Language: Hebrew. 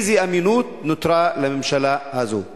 איזו אמינות נותרה לממשלה הזאת?